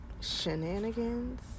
shenanigans